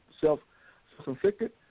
self-inflicted